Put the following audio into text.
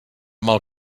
mal